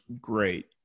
great